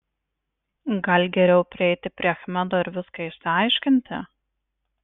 gal geriau prieiti prie achmedo ir viską išsiaiškinti